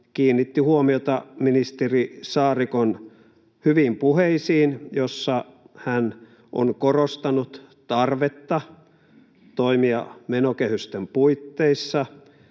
kiinnitti huomiota ministeri Saarikon hyviin puheisiin, joissa hän on korostanut tarvetta toimia menokehysten puitteissa,